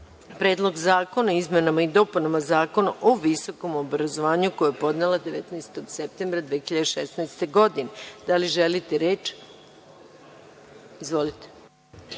Predlog zakona o izmenama i dopunama Zakona o visokom obrazovanju, koji je podnela 19. septembra 2016. godine. Da li želite reč? Izvolite.